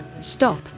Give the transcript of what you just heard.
Stop